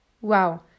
Wow